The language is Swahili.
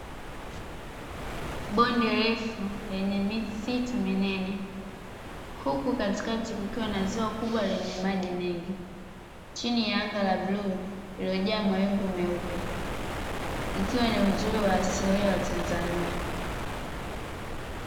Bonde refu lenye misitu minene huku katikati kukiwa na ziwa kubwa lenye maji mengi, chini ya anga la bluu lililojaa mawingu meupe; ikiwa ni uzuri wa asilia wa Tanzania.